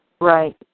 Right